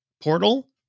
portal